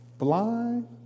Blind